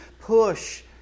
push